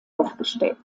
aufgestellt